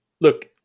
look